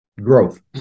Growth